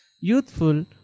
youthful